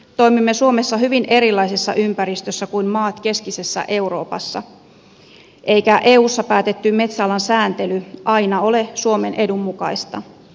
toimimme suomessa hyvin erilaisessa ympäristössä kuin maat keskisessä euroopassa eikä eussa päätetty metsäalan sääntely aina ole suomen edun mukaista